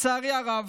לצערי הרב,